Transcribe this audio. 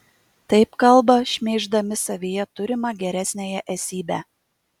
taip kalba šmeiždami savyje turimą geresniąją esybę